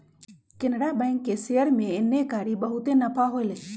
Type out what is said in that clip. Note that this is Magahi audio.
केनरा बैंक के शेयर में एन्नेकारी बहुते नफा होलई